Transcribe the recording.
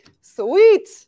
sweet